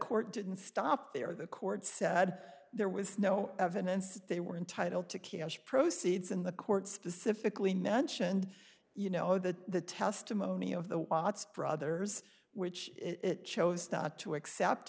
court didn't stop there the court said there was no evidence that they were entitled to cash proceeds in the court specifically mentioned you know that the testimony of the watts brothers which it chose not to accept